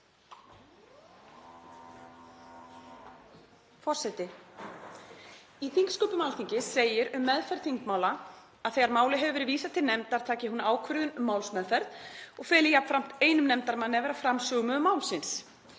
þingsköpum Alþingis segir um meðferð þingmála að þegar máli hefur verið vísað til nefndar taki hún ákvörðun um málsmeðferð og feli jafnframt einum nefndarmanni að vera framsögumaður málsins.